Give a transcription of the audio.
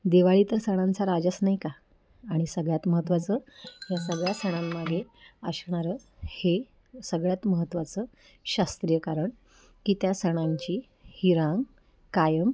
दिवाळी तर सणांचा राजाच नाही का आणि सगळ्यात महत्त्वाचं ह्या सगळ्या सणांमध्ये असणारं हे सगळ्यात महत्त्वाचं शास्त्रीय कारण की त्या सणांची ही रांग कायम